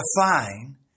define